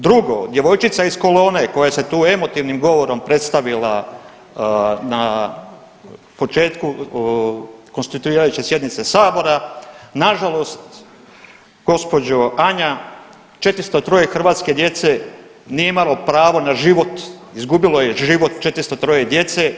Drugo, djevojčica iz kolone koja se tu emotivnim govorom predstavila na početku konstituirajuće sjednice Sabora na žalost gospođo Anja 403 hrvatske djece nije imalo pravo na život, izgubilo je život 403 djece.